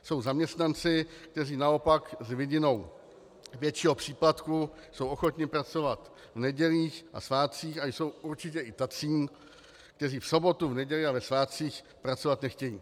Jsou zaměstnanci, kteří naopak s vidinou většího příplatku jsou ochotni pracovat o nedělích a svátcích, a jsou určitě i tací, kteří v sobotu, v neděli a ve svátcích pracovat nechtějí.